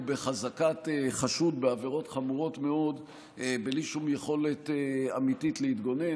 בחזקת חשוד בעבירות חמורות מאוד בלי שום יכולת אמיתית להתגונן.